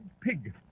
pig